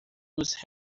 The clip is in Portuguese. nos